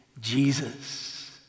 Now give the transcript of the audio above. Jesus